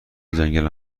جنگل